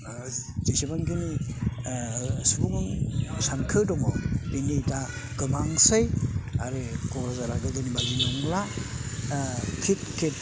जेसेबां खिनि सुबुं सानखो दङ बेनि दा गोबांसै आरो क'क्राझारा गोदोनि बादि नंला थिक थिक